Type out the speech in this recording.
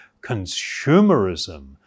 consumerism